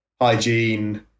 hygiene